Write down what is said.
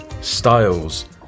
styles